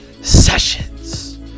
sessions